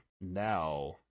now